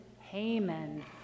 Haman